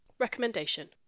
Recommendation